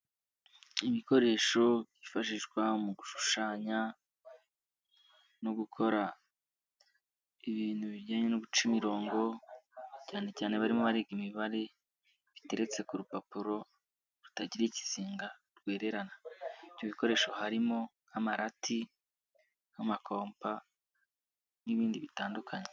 Ibikoresho byifashishwa mu gushushanya no gukora ibintu bijyanye no guca imirongo, cyane cyane barimo bariga imibare, biteretse ku rupapuro rutagira ikizinga rwererana, ibyo bikoresho harimo nk'amarati, nk'amakopo n'ibindi bitandukanye.